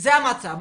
שזה המצב,